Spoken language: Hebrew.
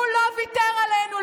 הוא לא ויתר עלינו.